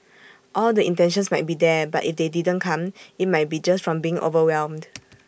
all the intentions might be there but if they didn't come IT might be just from being overwhelmed